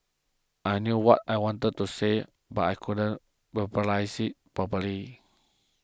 I knew what I wanted to say but I couldn't verbalise it properly